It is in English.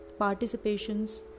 participations